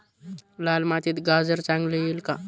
लाल मातीत गाजर चांगले येईल का?